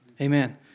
Amen